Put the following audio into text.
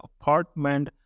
apartment